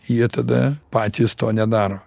jie tada patys to nedaro